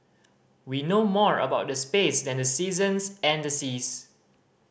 we know more about space than the seasons and the seas